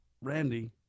Randy